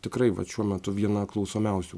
tikrai vat šiuo metu viena klausomiausių